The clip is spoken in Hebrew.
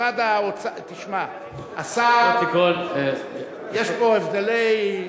יש פה הבדלי,